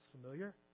familiar